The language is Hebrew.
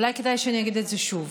אולי כדאי שאגיד את זה שוב: